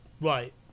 right